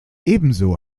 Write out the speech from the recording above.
ebenso